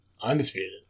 undisputed